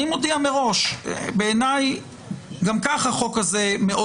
אני מודיע מראש שבעיניי - גם כך החוק הזה מאוד